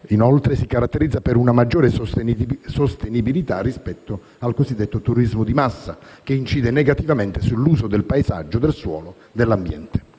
inoltre, si caratterizza per una maggiore sostenibilità rispetto al cosiddetto "turismo di massa", che incide negativamente sull'uso del paesaggio, del suolo, dell'ambiente.